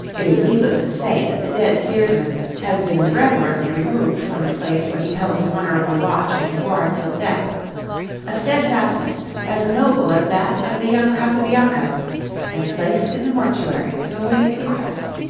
it is needless to say that the dead steersman has been reverently removed from the place where he held his honourable watch and ward till death a steadfastness as noble as that of the young casabianca and placed in the mortuary to await inquest.